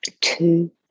two